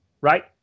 right